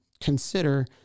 consider